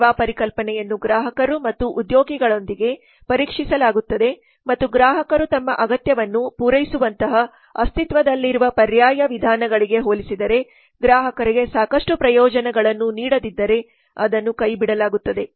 ಸೇವಾ ಪರಿಕಲ್ಪನೆಯನ್ನು ಗ್ರಾಹಕರು ಮತ್ತು ಉದ್ಯೋಗಿಗಳೊಂದಿಗೆ ಪರೀಕ್ಷಿಸಲಾಗುತ್ತದೆ ಮತ್ತು ಗ್ರಾಹಕರು ತಮ್ಮ ಅಗತ್ಯವನ್ನು ಪೂರೈಸುವಂತಹ ಅಸ್ತಿತ್ವದಲ್ಲಿರುವ ಪರ್ಯಾಯ ವಿಧಾನಗಳಿಗೆ ಹೋಲಿಸಿದರೆ ಗ್ರಾಹಕರಿಗೆ ಸಾಕಷ್ಟು ಪ್ರಯೋಜನಗಳನ್ನು ನೀಡದಿದ್ದರೆ ಅದನ್ನು ಕೈಬಿಡಲಾಗುತ್ತದೆ